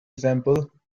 example